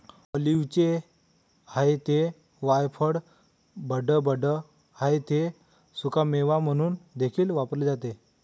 ऑलिव्हचे आहे ते वायफळ बडबड आहे ते सुकामेवा म्हणून देखील वापरले जाते